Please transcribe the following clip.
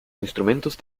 instrumentos